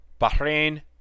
Bahrain